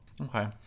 okay